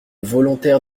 volontaire